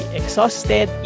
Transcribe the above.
exhausted